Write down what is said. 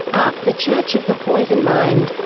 ah, the church of the poison mind.